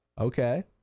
okay